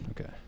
Okay